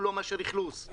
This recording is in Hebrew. הוא לא מאשר אכלוס,